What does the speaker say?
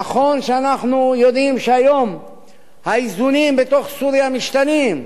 נכון שאנחנו יודעים שהיום האיזונים בתוך סוריה משתנים.